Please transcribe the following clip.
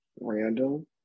random